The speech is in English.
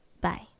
Bye